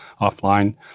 offline